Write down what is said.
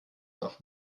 nach